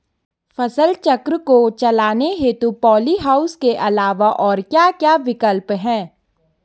फसल चक्र को चलाने हेतु पॉली हाउस के अलावा और क्या क्या विकल्प हैं?